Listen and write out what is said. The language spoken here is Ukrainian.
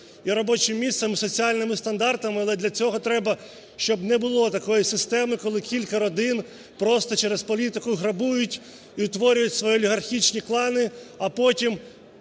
і робочим місцем, і соціальними стандартами. Але для цього треба, щоб не було такої системи, коли кілька родин просто через політику грабують і утворюють свої олігархічні клани, а потім